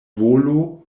volo